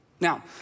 Now